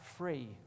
free